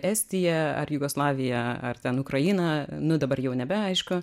estija ar jugoslavija ar ten ukraina nu dabar jau nebe aišku